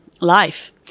life